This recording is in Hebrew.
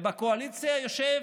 ובקואליציה יושב